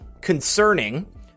concerning